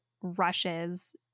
rushes